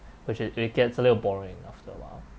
which it it gets a little boring after awhile